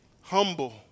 humble